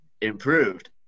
improved